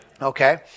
Okay